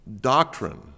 doctrine